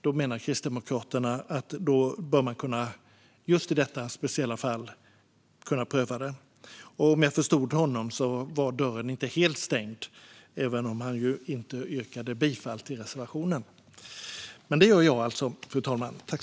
Då menar Kristdemokraterna att just i detta speciella fall bör man kunna pröva det. Om jag förstod Thomas Hammarberg rätt var dörren inte helt stängd, även om han inte yrkade bifall till reservationen. Men det gör alltså jag, fru talman.